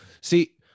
See